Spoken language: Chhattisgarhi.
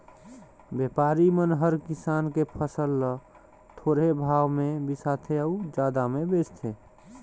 बेपारी मन हर किसान के फसल ल थोरहें भाव मे बिसाथें अउ जादा मे बेचथें